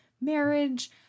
marriage